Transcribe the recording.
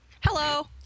Hello